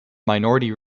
minority